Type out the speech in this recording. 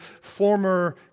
former